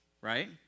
right